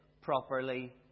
properly